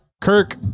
Kirk